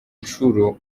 nshuro